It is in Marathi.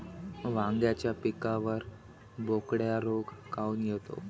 वांग्याच्या पिकावर बोकड्या रोग काऊन येतो?